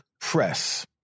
Press